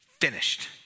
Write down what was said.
finished